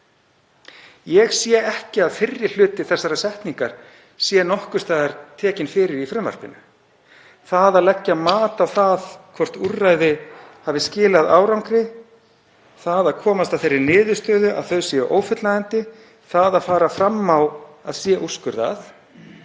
Ég sé ekki að fyrri hluti þessarar setningar sé nokkurs staðar tekinn fyrir í frumvarpinu. Það að leggja mat á það hvort úrræði hafi skilað árangri, það að komast að þeirri niðurstöðu að þau séu ófullnægjandi, það að fara fram á að það sé úrskurðað